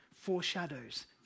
foreshadows